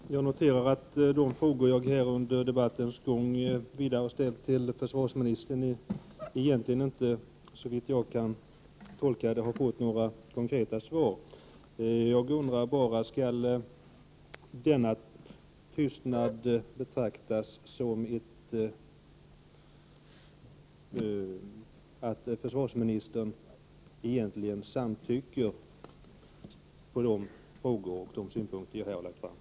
Herr talman! Jag noterar att de frågor som jag under debattens gång har ställt till försvarsministern egentligen inte, såvitt jag kan tolka det, har fått några konkreta svar. Jag undrar bara om denna tystnad skall betraktas så att försvarsministern samtycker i de synpunkter som jag har fört fram.